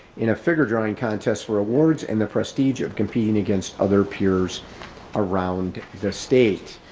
in a figure drawing contest for awards and the prestige of competing against other peers around the state.